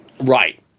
Right